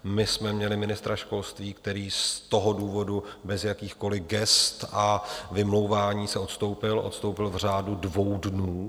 My jsme měli ministra školství, který z toho důvodu, bez jakýchkoliv gest a vymlouvání se, odstoupil, odstoupil v řádu dvou dnů.